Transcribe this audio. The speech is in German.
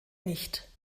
nicht